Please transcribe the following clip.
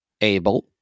able